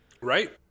Right